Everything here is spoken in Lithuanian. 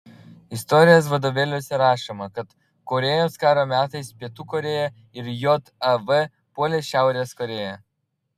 istorijos vadovėliuose rašoma kad korėjos karo metais pietų korėja ir jav puolė šiaurės korėją